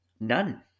none